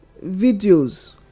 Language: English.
videos